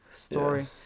story